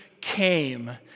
came